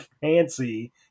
fancy